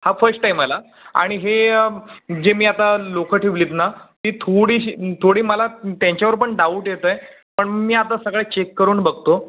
हा first time आला आणि हे जे मी आता लोकं ठेवले आहेत ना ती थोडीशी थोडी मला त्यांच्यावर पण डाऊट येत आहे पण मी आता सगळं चेक करून बघतो